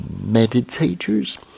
meditators